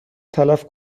تلف